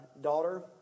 daughter